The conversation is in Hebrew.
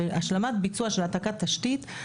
והשלמת ביצוע של העתקת תשתית,